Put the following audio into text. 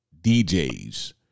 DJs